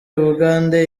bugande